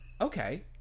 okay